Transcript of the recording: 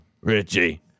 Richie